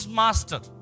master